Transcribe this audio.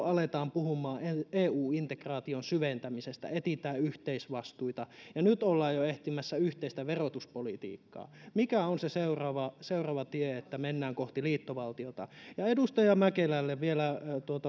aletaan puhumaan eu integraation syventämisestä etsitään yhteisvastuita ja nyt ollaan jo etsimässä yhteistä verotuspolitiikkaa mikä on se seuraava seuraava tie että mennään kohti liittovaltiota edustaja mäkelälle vielä